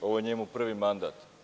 Ovo je njemu prvi mandat.